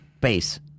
base